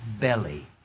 belly